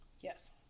Yes